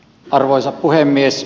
arvoisa puhemies